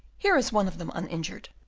here is one of them uninjured.